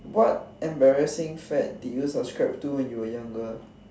what embarrassing fact did you subscribe to when you were younger